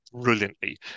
brilliantly